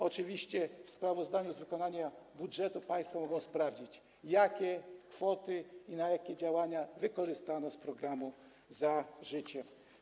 Oczywiście w sprawozdaniu z wykonania budżetu państwo mogą sprawdzić, jakie kwoty i na jakie działania wykorzystano z programu „Za życiem”